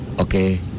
okay